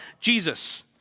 Jesus